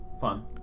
fun